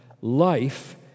life